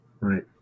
Right